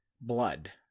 blood